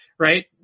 right